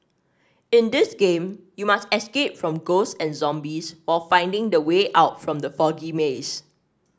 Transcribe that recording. in this game you must escape from ghosts and zombies while finding the way out from the foggy maze